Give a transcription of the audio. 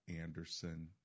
Anderson